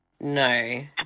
No